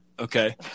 Okay